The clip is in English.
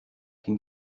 can